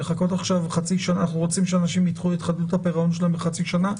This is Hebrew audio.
אנחנו רוצים שאנשים יידחו את חדלות הפירעון שלהם בחצי שנה?